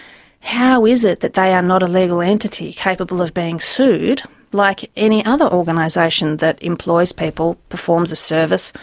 how is it that they are not a legal entity capable of being sued like any other organisation that employs people, performs a service,